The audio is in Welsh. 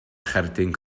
cherdyn